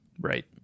Right